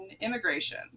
immigration